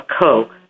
coke